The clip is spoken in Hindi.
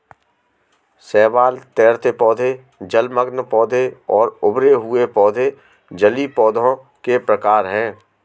शैवाल, तैरते पौधे, जलमग्न पौधे और उभरे हुए पौधे जलीय पौधों के प्रकार है